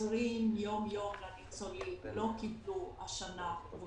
שעוזרים יום יום לניצולים, השנה לא קיבלו פרוטה.